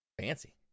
fancy